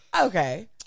Okay